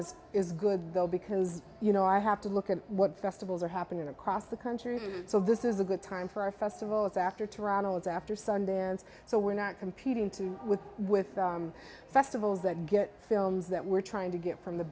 is is good though because you know i have to look at what festivals are happening across the country so this is a good time for a festival it's after to ronald's after sundance so we're not competing too with with festivals that get films that we're trying to get from the